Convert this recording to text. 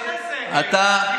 בזמן שאנחנו בסגר,